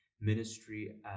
ministry